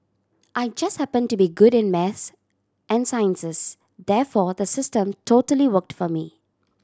I just happen to be good in maths and sciences therefore the system totally worked for me